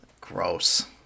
Gross